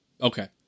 Okay